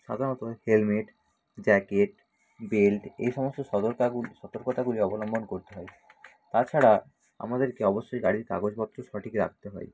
সাধারণত helmet jacket belt এই সমস্ত সতর্কতাগুলি অবলম্বন করতে হয় তাছাড়া আমাদেরকে অবশ্যই গাড়ির কাগজপত্র সঠিক রাখতে হয়